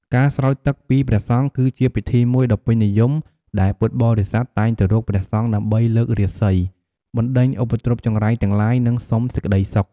ការស្រោចទឹកពីព្រះសង្ឃ គឺជាពិធីមួយដ៏ពេញនិយមដែលពុទ្ធបរិស័ទតែងទៅរកព្រះសង្ឃដើម្បីលើករាសី បណ្ដេញឧបទ្រពចង្រៃទាំងឡាយ និងសុំសេចក្តីសុខ។